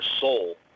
soul